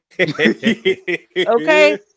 Okay